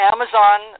Amazon